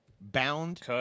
Bound